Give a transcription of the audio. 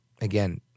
again